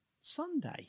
Sunday